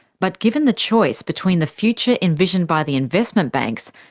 but given the choice between the future envisioned by the investment banks,